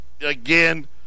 again